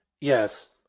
Yes